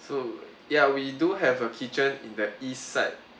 so yeah we do have a kitchen in the east side